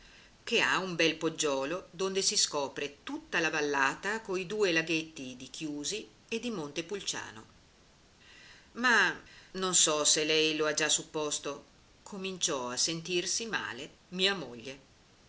che ha un bel poggiolo donde si scopre tutta la vallata coi due laghetti di chiusi e di montepulciano ma non so se lei lo ha già supposto cominciò a sentirsi male mia moglie